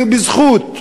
הן בזכות.